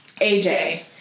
aj